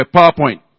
PowerPoint